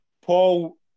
Paul